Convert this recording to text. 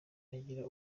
agira